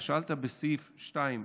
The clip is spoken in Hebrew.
אתה שאלת בסעיף 2,